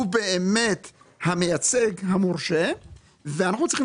הוא באמת המייצג המורשה ואנחנו צריכים